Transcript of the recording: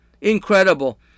Incredible